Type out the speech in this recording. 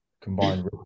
combined